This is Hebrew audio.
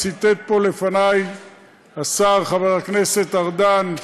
ציטט פה לפני השר חבר הכנסת ארדן,